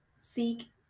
Seek